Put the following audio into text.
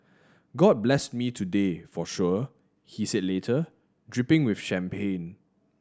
god blessed me today for sure he said later dripping with champagne